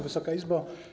Wysoka Izbo!